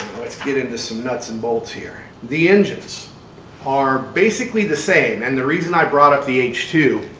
let's get into some nuts and bolts here. the engines are basically the same. and the reason i brought up the h two.